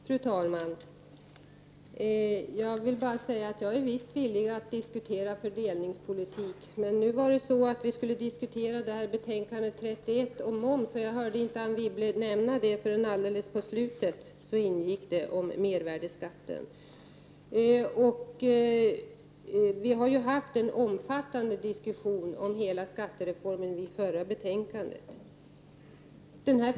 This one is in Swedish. Fru talman! Jag är visst villig att diskutera fördelningspolitik. Men nu skall vi diskutera skatteutskottets betänkande 31 som behandlar moms. Jag hörde inte Anne Wibble nämna mervärdeskatten förrän alldeles mot slutet av sitt anförande. Det har förts en omfattande diskussion om hela skattereformen i samband med behandlingen av föregående betänkande.